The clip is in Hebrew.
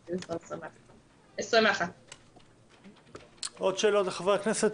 תקציב 2021. עוד שאלות לחברי הכנסת?